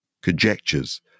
conjectures